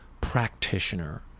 practitioner